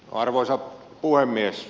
arvoisa puhemies